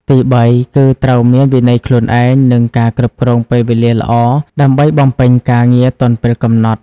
ទីបី គឺត្រូវមាន វិន័យខ្លួនឯង និង ការគ្រប់គ្រងពេលវេលាល្អ ដើម្បីបំពេញការងារទាន់ពេលកំណត់។